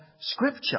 Scripture